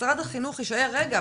משרד החינוך יגיד: רגע,